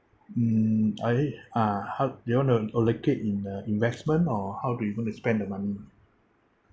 mm okay uh how you want to allocate in uh investment or how do you want to spend the money